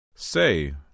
Say